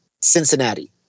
Cincinnati